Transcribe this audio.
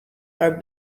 are